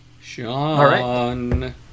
Sean